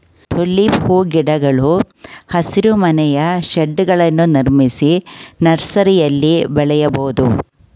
tulip ಹೂಗಿಡಗಳು ಹಸಿರುಮನೆಯ ಶೇಡ್ಗಳನ್ನು ನಿರ್ಮಿಸಿ ನರ್ಸರಿಯಲ್ಲಿ ಬೆಳೆಯಬೋದು